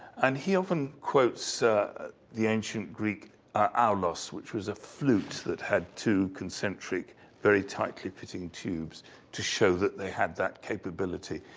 and he often quotes the ancient greek ah aulos, which was a flute, that had two concentric very tightly fitting tubes to show that they had that capability.